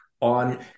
on